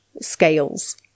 scales